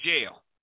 jail